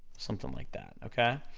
something like that, okay?